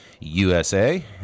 USA